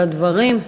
על הדברים,